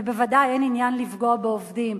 ובוודאי אין עניין לפגוע בעובדים.